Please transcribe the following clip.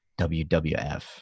WWF